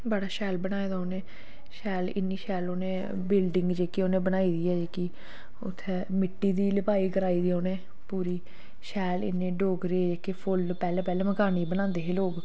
बड़ा शैल बनाए दा उ'नें शैल इन्नी शैल उ'नें बिल्डिंग जेह्की उ'नें बनाई दी ऐ जेह्की उत्थै मिट्टी दी लपाई कराई दी ऐ उ'नें पूरी शैल इन्ने डोगरी जेह्के फुल्ल पैह्लें पैह्लें मकानै गी बनांदे हे लोग